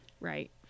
Right